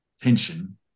tension